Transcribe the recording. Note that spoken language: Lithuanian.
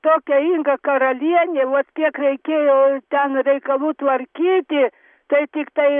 tokia inga karalienė vat kiek reikėjo ten reikalų tvarkyti tai tiktai